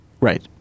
Right